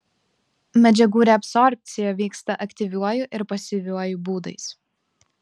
medžiagų reabsorbcija vyksta aktyviuoju ir pasyviuoju būdais